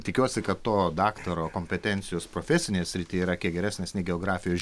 tikiuosi kad to daktaro kompetencijos profesinėj srity yra kiek geresnės nei geografijos